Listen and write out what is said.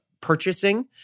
purchasing